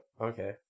Okay